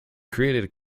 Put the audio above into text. created